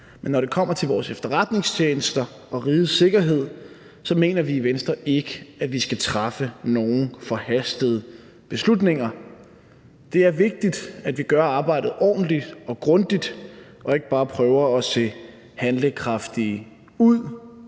men når det kommer til vores efterretningstjenester og rigets sikkerhed, mener vi i Venstre ikke, at vi skal træffe nogen forhastede beslutninger. Det er vigtigt, at vi gør arbejdet ordentligt og grundigt og ikke bare prøver at se handlekraftige ud